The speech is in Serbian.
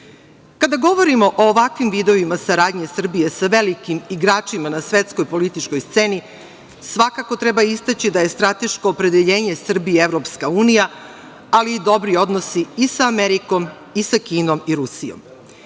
govorimo o ovakvim vidovima saradnje Srbije sa velikim igračima na svetskoj političkoj sceni, svakako treba istaći da je strateško opredeljenje Srbije Evropska unija, ali i dobri odnosi i sa Amerikom, i sa Kinom, i Rusijom.